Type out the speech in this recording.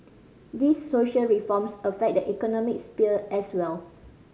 these social reforms affect the economic sphere as well